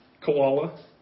Koala